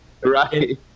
Right